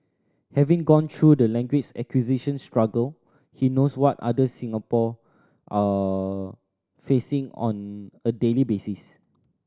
having gone through the language acquisition struggle he knows what others Singapore are facing on a daily basis